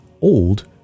old